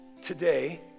Today